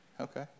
Okay